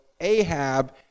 Ahab